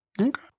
okay